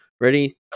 Ready